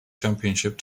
championship